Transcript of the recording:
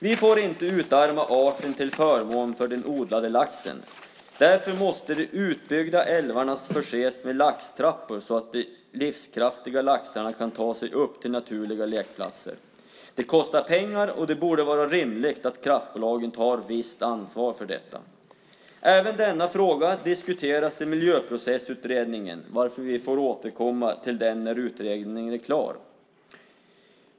Vi får inte utarma arten till förmån för den odlade laxen. Därför måste de utbyggda älvarna förses med laxtrappor så att de livskraftiga laxarna kan ta sig upp till naturliga lekplatser. Detta kostar pengar, och det borde vara rimligt att kraftbolagen tar ett visst ansvar. Även denna fråga diskuteras i Miljöprocessutredningen varför vi får återkomma till den när utredningen är klar.